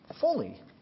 fully